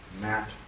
Matt